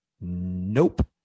Nope